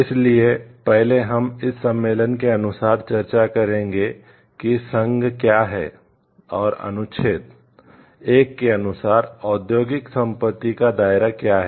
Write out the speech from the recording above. इसलिए पहले हम इस सम्मेलन के अनुसार चर्चा करेंगे कि संघ क्या है और अनुच्छेद 1 के अनुसार औद्योगिक संपत्ति का दायरा क्या है